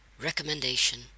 Recommendation